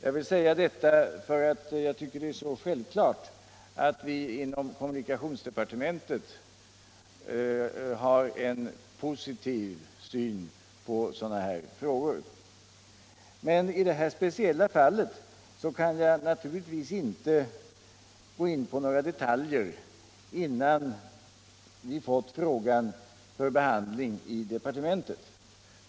Jag vill säga detta, eftersom jag tycker det är så självklart att vi inom kommunikationsdepartementet har en positiv syn på sådana här frågor. I det speciella fall som herr Strömberg berör kan jag naturligtvis inte gå in på detaljer innan vi har fått frågan för behandling i departementet.